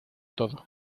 todo